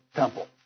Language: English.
temple